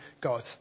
God